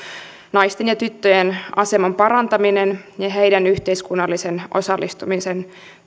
naisten ja tyttöjen aseman parantamisen ja heidän yhteiskunnallisen osallistumisensa